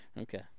Okay